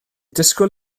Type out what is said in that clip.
disgwyl